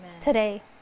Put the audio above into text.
today